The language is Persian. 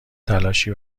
تلاشی